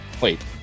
Wait